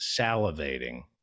salivating